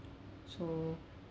so